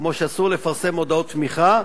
כמו שאסור לפרסם מודעות תמיכה,